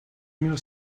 mil